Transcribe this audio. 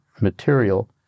material